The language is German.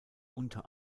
unter